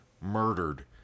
Murdered